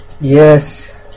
Yes